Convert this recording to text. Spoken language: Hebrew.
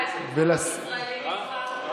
סוגרים משרדים ומכניסים 30 חברי כנסת.